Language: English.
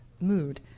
mood